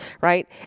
right